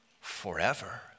forever